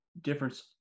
difference